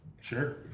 Sure